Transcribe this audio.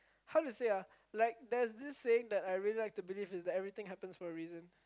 how to say ah like there's this saying that I really like to believe is that everything happens for a reason